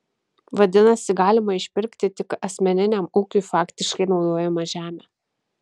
vadinasi galima išpirkti tik asmeniniam ūkiui faktiškai naudojamą žemę